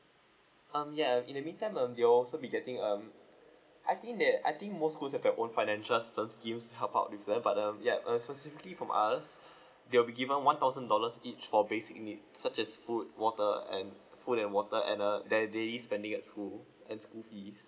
um yeah in the meantime um you'll also be getting um I think that I think most school have their own financial assistance schemes help out with them yeah uh specifically from us they will give up one thousand dollars each for basic needs such as food water and food and water and uh their daily spending at school and school fees